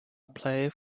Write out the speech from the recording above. played